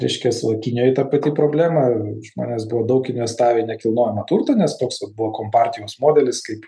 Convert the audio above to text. reiškias va kinijoj ta pati problema žmonės buvo daug investavę į nekilnojamą turtą nes toks vat buvo kompartijos modelis kaip